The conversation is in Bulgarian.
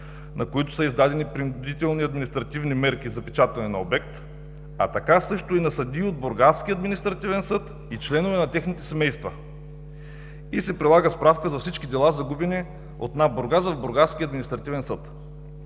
на които са издадени принудителни административни мерки „запечатване на обект“, а така също и на съдии от Бургаския административен съд и членове на техните семейства“, и се прилага справка на всички загубени дела от НАП Бургас в Бургаския административен съд.